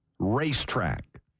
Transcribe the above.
racetrack